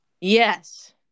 Yes